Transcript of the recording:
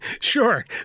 Sure